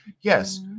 yes